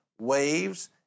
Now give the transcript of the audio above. Waves